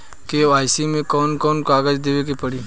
KYC मे कौन कौन कागज देवे के पड़ी?